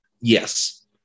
Yes